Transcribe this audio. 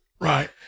Right